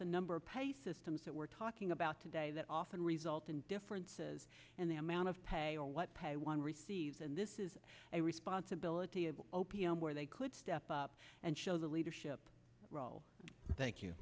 the number of systems that we're talking about today that often result in differences in the amount of pay or what pay one receives and this is a responsibility of o p m where they could step up and show the leadership role